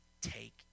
take